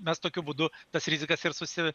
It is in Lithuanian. mes tokiu būdu tas rizikas ir susi